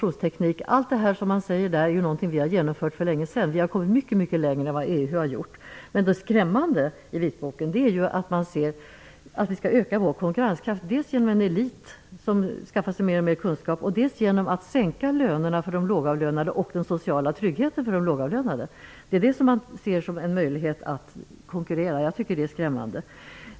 Men allt det som man talar om i vitboken är ju något som vi har genomfört för länge sedan. Vi har kommit mycket, mycket längre än vad EU har gjort. Det som är skrämmande i vitboken är att man säger att vi skall öka vår konkurrenskraft dels genom en elit som skaffar sig mer och mer av kunskaper, dels genom att sänka lönerna för de lågavlönade och att minska den sociala tryggheten för de lågavlönade. Det är där man ser en möjlighet att konkurrera. Jag tycker att det är skrämmande.